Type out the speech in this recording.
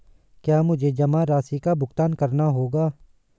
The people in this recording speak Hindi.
क्या मुझे जमा राशि का भुगतान करना होगा?